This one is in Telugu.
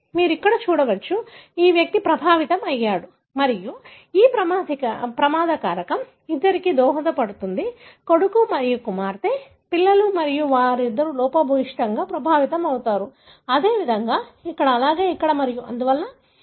మీరు ఇక్కడ చూడవచ్చు ఈ వ్యక్తి ప్రభావితం అయ్యాడు మరియు ఈ ప్రమాద కారకం ఇద్దరికీ దోహదపడుతుంది కొడుకు మరియు కుమార్తె పిల్లలు మరియు వారిద్దరూ లోపభూయిష్టంగా ప్రభావితమయ్యారు అదేవిధంగా ఇక్కడ అలాగే ఇక్కడ మరియు అందువలన సరియైనదా